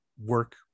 work